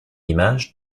image